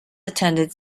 attended